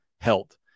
health